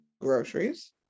groceries